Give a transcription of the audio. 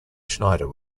schneider